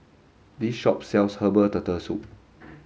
this shop sells herbal turtle soup